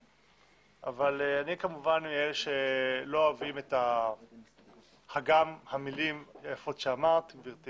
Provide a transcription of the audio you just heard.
אבל אני כמובן מאלה שלא אוהבים הגם המילים היפות שאמרת גברתי